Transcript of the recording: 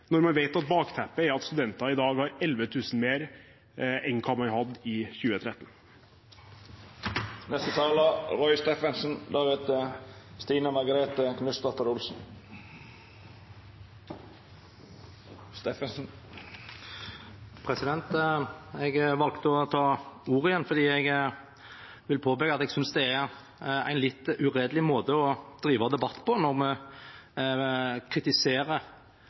når man vet at bakteppet er at studentene i dag har 11 000 kr mer enn man hadde i 2013. Jeg valgte å ta ordet igjen for å påpeke at jeg synes det er en litt uredelig måte å drive debatt på når man kritiserer